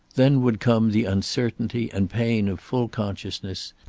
then would come the uncertainty and pain of full consciousness,